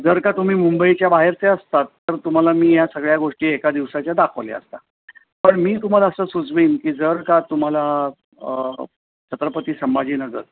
जर का तुम्ही मुंबईच्या बाहेरच्या असतात तर तुम्हाला मी या सगळ्या गोष्टी एका दिवसाच्या दाखवल्या असत्या पण मी तुम्हाला असं सुचवेन की जर का तुम्हाला छत्रपती संभाजीनगर